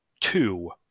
two